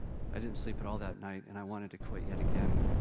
i didn't sleep at all that night, and i wanted to quit, yet again.